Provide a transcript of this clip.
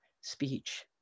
speech